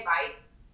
advice